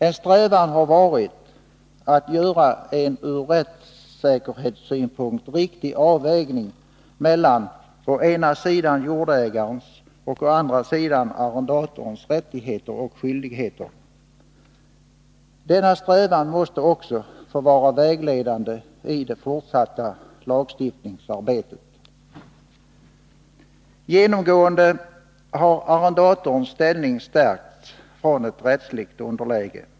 En strävan har varit att göra en ur rättssäkerhetssynpunkt riktig avvägning mellan å ena sidan jordägarens och å andra sidan arrendatorns rättigheter och skyldigheter. Denna strävan måste också få vara vägledande i det fortsatta lagstiftningsarbetet. Genomgående har arrendatorns ställning stärkts från ett rättsligt underläge.